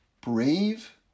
brave